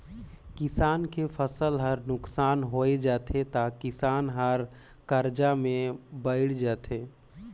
किसान के फसल हर नुकसान होय जाथे त किसान हर करजा में बइड़ जाथे